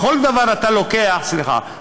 בכל דבר אתה לוקח סיכון.